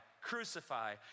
crucify